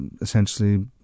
essentially